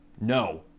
no